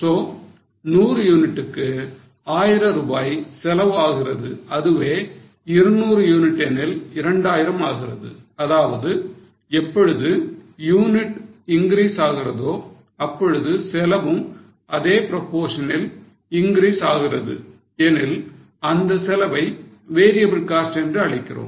So 100 யூனிட்டுக்கு 1000 ரூபாய் செலவு ஆகிறது அதுவே 200 யூனிட் எனில் 2000 ஆகிறது அதாவது எப்பொழுது யூனிட் இன்கிரிஸ் ஆகிறதோ அப்பொழுது செலவும் அதே proportion ல் இன்கிரிஸ் ஆகிறது எனில் அந்த செலவை variable cost என்று அழைக்கிறோம்